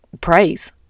praise